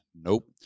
Nope